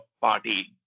party